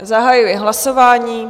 Zahajuji hlasování.